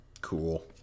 Cool